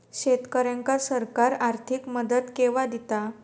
शेतकऱ्यांका सरकार आर्थिक मदत केवा दिता?